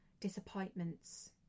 disappointments